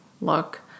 look